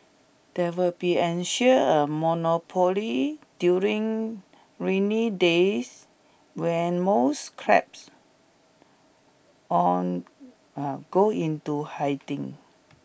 there will be ensure a monopoly during rainy days when most crabs on a go into hiding